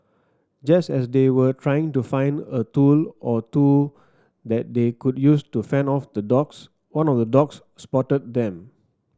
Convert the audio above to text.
just as they were trying to find a tool or two that they could use to fend off the dogs one of the dogs spotted them